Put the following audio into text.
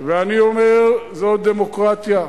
ואני אומר: זאת דמוקרטיה,